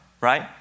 right